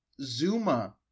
Zuma